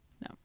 No